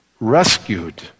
rescued